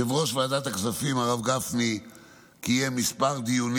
יושב-ראש ועדת הכספים הרב גפני קיים כמה דיונים